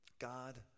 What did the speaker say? God